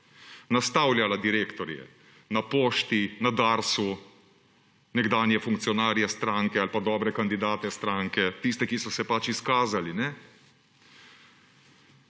nastavljala direktorje na Pošti, na Darsu nekdanje funkcionarje stranke ali pa dobre kandidate stranke; tiste, ki so se pač izkazali.